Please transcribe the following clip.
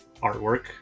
artwork